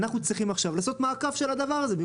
אנחנו צריכים עכשיו לעשות מעקב של הדבר הזה.